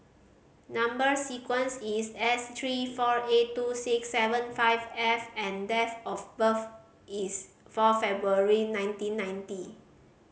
number sequence is S three four eight two six seven five F and date of birth is four February nineteen ninety